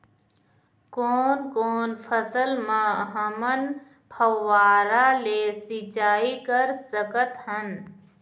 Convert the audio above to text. कोन कोन फसल म हमन फव्वारा ले सिचाई कर सकत हन?